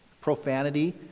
profanity